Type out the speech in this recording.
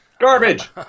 Garbage